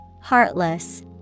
Heartless